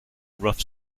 rough